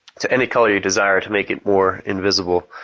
to any color you desire to make it more invisible.